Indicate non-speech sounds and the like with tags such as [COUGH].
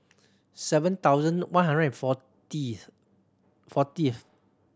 seven thousand one hundred and [UNINTELLIGIBLE] fortieth